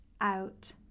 out